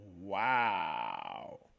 Wow